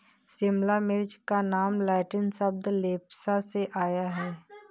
शिमला मिर्च का नाम लैटिन शब्द लेप्सा से आया है